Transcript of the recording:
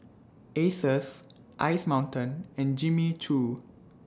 Asus Ice Mountain and Jimmy Choo